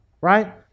right